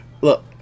look